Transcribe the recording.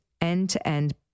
end-to-end